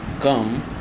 come